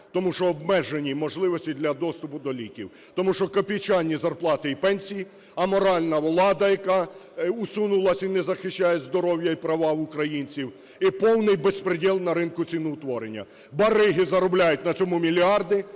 тому що обмежені можливості для доступу до ліків, тому що копійчані зарплати і пенсії, аморальна влада, яка усунулась і не захищає здоров'я і права українців, і повний безпредєл на ринку ціноутворення. Бариги заробляють на цьому мільярди,